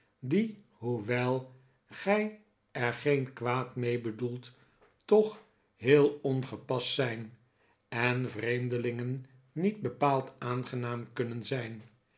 die hoewel gij er geen kwaad mee bedoelt toch heel ongepast zijn en vreemdelingen niet bepaald aangenaam kunnen zijn